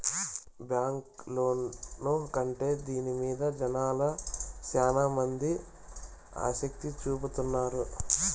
bank loan కంటే దీని మీద జనాలు శ్యానా మంది ఆసక్తి చూపుతున్నారు